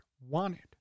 wanted